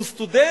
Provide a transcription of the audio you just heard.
הוא סטודנט,